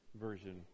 version